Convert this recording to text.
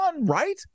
right